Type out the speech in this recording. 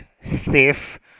safe